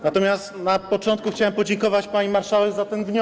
Natomiast na początku chciałem podziękować pani marszałek za ten wniosek.